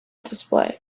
display